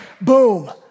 boom